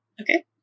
okay